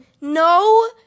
No